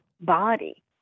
body